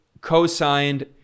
co-signed